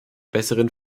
besseren